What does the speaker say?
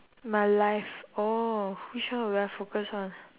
my life oh which one would I focus on